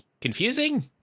Confusing